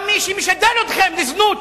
גם מי שמשדל אתכם לזנות,